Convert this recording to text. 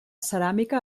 ceràmica